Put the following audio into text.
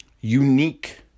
unique